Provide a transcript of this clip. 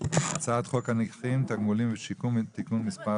הצעת חוק הנכים (תגמולים ושיקום) (תיקון מספר